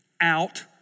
out